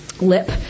lip